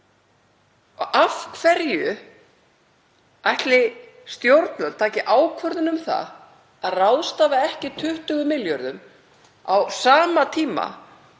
ég. Af hverju ætli stjórnvöld taki ákvörðun um það að ráðstafa ekki 20 milljörðum á sama tíma